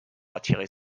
attirer